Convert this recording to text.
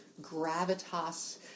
gravitas